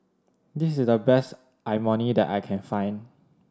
this is the best Imoni that I can find